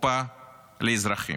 בקופה לאזרחים: